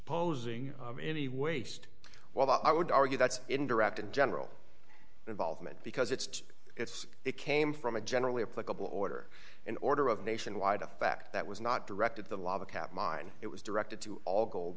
disposing of any waste well i would argue that's indirect and general involvement because it's it's it came from a generally applicable order an order of nationwide effect that was not directed the lava cap mine it was directed to all gold